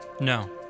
No